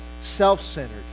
self-centered